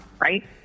right